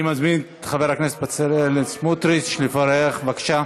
אני מזמין את בצלאל סמוטריץ לברך, בבקשה.